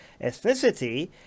ethnicity